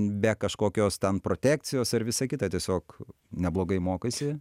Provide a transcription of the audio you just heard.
be kažkokios ten protekcijos ar visa kita tiesiog neblogai mokaisi